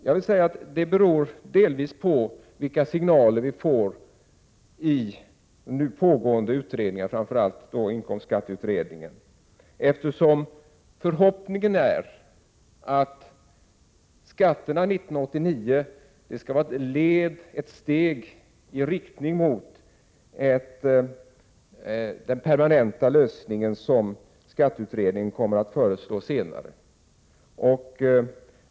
Jag vill säga att det delvis beror på vilka signaler som kommer från de nu pågående utredningarna, framför allt inkomstskatteutredningen, eftersom förhoppningen är att skatterna 1989 skall vara ett steg i riktning mot den permanenta lösning som skatteutredningen kommer att föreslå senare.